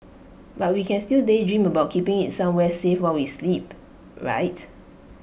but we can still daydream about keeping IT somewhere safe while we sleep right